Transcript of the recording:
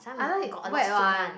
I like wet one